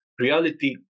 reality